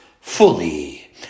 fully